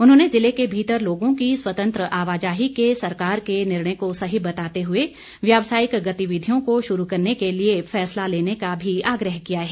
उन्होंने ज़िले के भीतर लोगों की स्वतंत्र आवाजाही के सरकार के निर्णय को सही बताते हुए व्यावसायिक गतिविधियों को शुरू करने के लिए फैसला लेने का भी आग्रह किया है